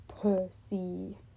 Percy